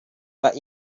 but